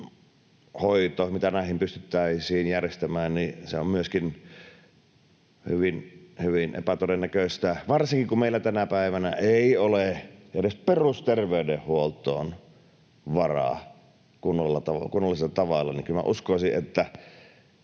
mitä näihin pystyttäisiin järjestämään, on myöskin hyvin epätodennäköistä. Varsinkin kun meillä tänä päivänä ei ole edes perusterveydenhuoltoon varaa kunnollisella tavalla, niin kyllä